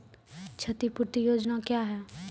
क्षतिपूरती योजना क्या हैं?